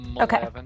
Okay